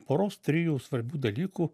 poros trijų svarbių dalykų